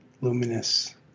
luminous